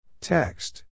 Text